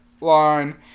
line